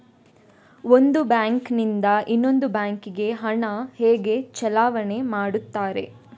ಒಂದು ಬ್ಯಾಂಕ್ ನಿಂದ ಇನ್ನೊಂದು ಬ್ಯಾಂಕ್ ಗೆ ಹಣ ಹೇಗೆ ಚಲಾವಣೆ ಮಾಡುತ್ತಾರೆ?